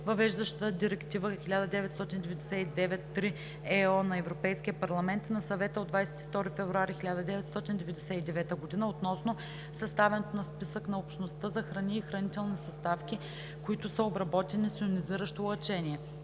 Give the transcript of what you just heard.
въвеждаща Директива 1999/3/ЕО на Европейския парламент и на Съвета от 22 февруари 1999 г. относно съставянето на списък на Общността за храни и хранителни съставки, които са обработени с йонизиращо лъчение.